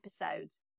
episodes